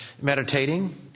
meditating